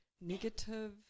negative